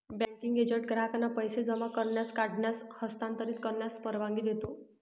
banking agent ग्राहकांना पैसे जमा करण्यास, काढण्यास, हस्तांतरित करण्यास परवानगी देतो